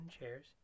chairs